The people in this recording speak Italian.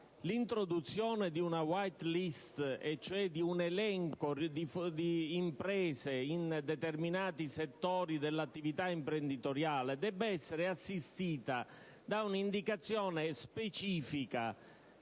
l'introduzione di una *white list*, e cioè di un elenco di imprese in determinati settori dell'attività imprenditoriale, debba essere assistita da un'indicazione specifica